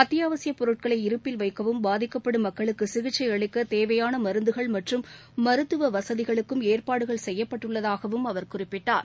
அத்தியாவசியப் பொருட்களை இருப்பில் வைக்கவும் பாதிக்கப்படும் மக்களுக்கு சிகிச்சை அளிக்க தேவையான மருந்துகள் மற்றும் மருத்துவ வசதிகளுக்கும் ஏற்பாடுகள் செய்யப்பட்டுள்ளதாகவும் அவர் குறிப்பிட்டார்